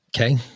Okay